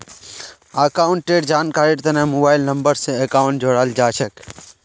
अकाउंटेर जानकारीर तने मोबाइल नम्बर स अकाउंटक जोडाल जा छेक